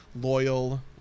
loyal